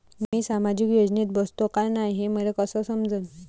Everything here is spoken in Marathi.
मी सामाजिक योजनेत बसतो का नाय, हे मले कस समजन?